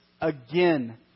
again